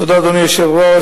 תודה, אדוני היושב-ראש.